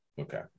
Okay